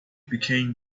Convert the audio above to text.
became